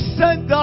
send